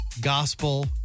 gospel